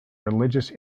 religious